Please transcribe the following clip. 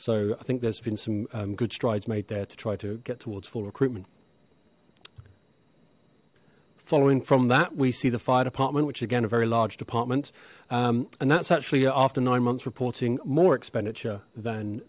so i think there's been some good strides made there to try to get towards full recruitment following from that we see the fire department which again a very large department and that's actually after nine months reporting more expenditure than